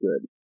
good